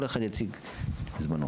כל אחד יציג בזמנו.